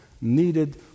needed